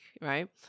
right